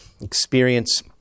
experience